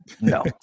No